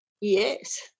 Yes